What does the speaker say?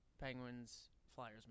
Penguins-Flyers